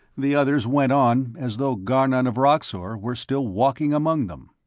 the others went on as though garnon of roxor were still walking among them.